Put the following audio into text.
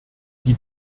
die